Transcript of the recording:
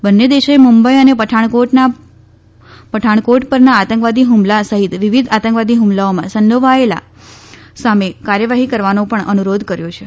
બંને દેશોએ મુંબઈ અને પઠાણકોટ પરના આતંકવાદી હ્મલા સહિત વિવિધ આતંકવાદી હ્મલાઓમાં સંડોવાયેલાઓ સામે કાર્યવાહી કરવાનો પણ અનુરોધ કર્યો છે